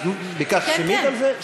את ביקשת שמית על זה?